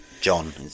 John